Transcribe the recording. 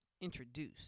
introduce